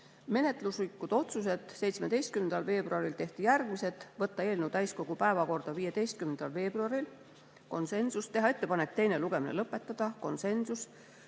Menetluslikud otsused tehti 17. veebruaril järgmised: võtta eelnõu täiskogu päevakorda 15. veebruaril, konsensusega; teha ettepanek teine lugemine lõpetada, konsensusega;